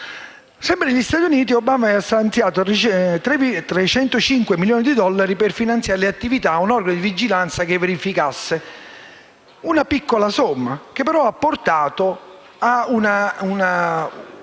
Sempre negli Stati Uniti, Obama ha stanziato 305 milioni di dollari per finanziare le attività di un organo di vigilanza in materia. Si tratta di una piccola somma, che però ha portato ad